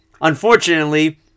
unfortunately